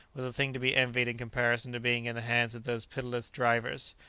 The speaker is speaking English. was a thing to be envied in comparison to being in the hands of those pitiless drivers,